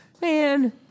Man